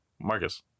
marcus